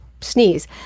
sneeze